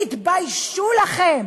תתביישו לכם.